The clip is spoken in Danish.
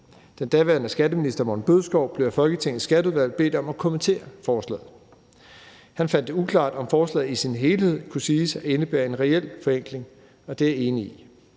Den daværende skatteminister, Morten Bødskov, blev af Folketingets Skatteudvalg bedt om at kommentere forslaget. Han fandt det uklart, om forslaget i sin helhed kunne siges at indebære en reel forenkling. Og det er jeg enig i.